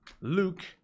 Luke